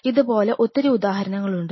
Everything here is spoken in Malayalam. ഇതുപോലെ ഒത്തിരി ഉദാഹരണങ്ങൾ ഉണ്ട്